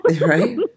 Right